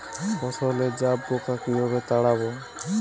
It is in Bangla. ফসলে জাবপোকা কিভাবে তাড়াব?